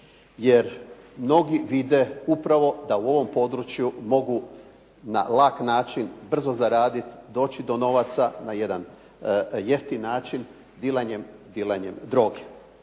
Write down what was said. Jer mnogi vide upravo da u ovom području mogu na lak način brzo zaraditi, doći do novaca na jedan jeftin način, dilanjem droge.